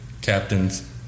captains